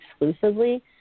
exclusively